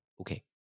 okay